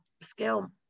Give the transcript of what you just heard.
scale